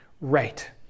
right